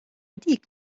dik